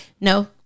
No